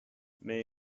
may